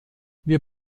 wir